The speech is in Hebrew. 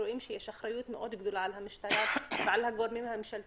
רואים שיש אחריות מאוד גדולה על המשטרה והגורמים הממשלתיים.